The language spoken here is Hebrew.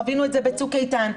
חווינו את זה בצוק איתן.